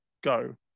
go